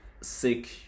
sick